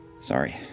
Sorry